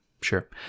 Sure